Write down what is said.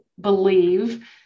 believe